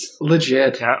legit